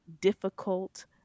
difficult